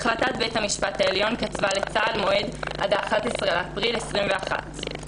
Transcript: החלטת בית המשפט העליון קצבה לצה"ל מועד עד 11 באפריל 2021. לסיכום,